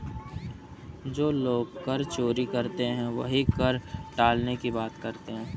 जो लोग कर चोरी करते हैं वही कर टालने की बात करते हैं